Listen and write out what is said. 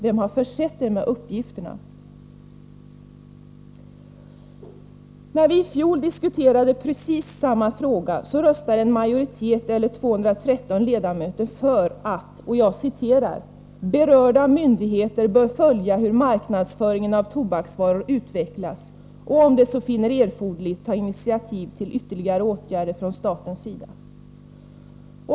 Vem har försett er När vi i fjol diskuterade precis samma fråga röstade en majoritet, eller 213 ledamöter, för att ”berörda myndigheter bör följa hur marknadsföringen av tobaksvaror utvecklas och om de så finner erforderligt ta initiativ till ytterligare åtgärder från statens sida”.